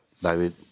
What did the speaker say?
David